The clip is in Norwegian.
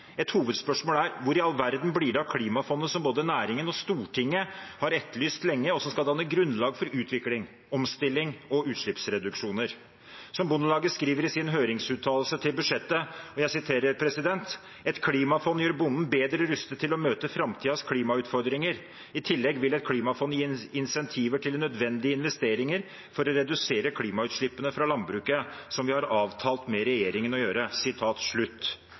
Et hovedspørsmål er hvor det i all verden blir av klimafondet, som både næringen og Stortinget har etterlyst lenge, og som skal danne grunnlag for utvikling, omstilling og utslippsreduksjoner. Som Bondelaget skrev i sin høringsuttalelse i forbindelse med statsbudsjettet: Et klimafond gjør bonden bedre rustet til å møte framtidens klimautfordringer. I tillegg vil et klimafond gi incentiver til nødvendige investeringer for å redusere klimautslippene fra landbruket, som vi har avtalt med regjeringen å gjøre.